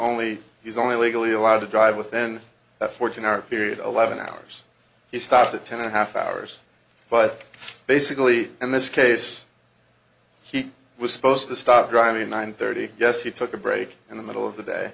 only he's only legally allowed to drive with then a fourteen hour period a lot of an hours he stopped a ten a half hours but basically in this case he was supposed to stop driving nine thirty yes he took a break in the middle of the day